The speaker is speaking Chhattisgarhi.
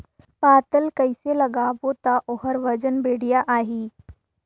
पातल कइसे लगाबो ता ओहार वजन बेडिया आही?